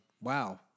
wow